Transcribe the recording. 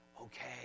okay